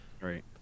Right